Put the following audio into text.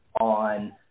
on